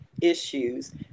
issues